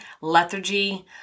lethargy